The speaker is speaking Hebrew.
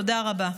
תודה רבה.